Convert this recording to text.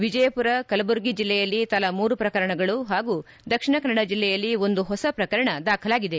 ವಿಜಯಪುರ ಕಲಬುರಗಿ ಜೆಲ್ಲೆಯಲ್ಲಿ ತಲಾ ಮೂರು ಪ್ರಕರಣಗಳು ಹಾಗೂ ದಕ್ಷಿಣ ಕನ್ನಡ ಜಿಲ್ಲೆಯಲ್ಲಿ ಒಂದು ಹೊಸ ಪ್ರಕರಣ ದಾಖಲಾಗಿದೆ